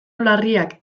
larriak